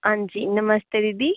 हांजी नमस्ते दीदी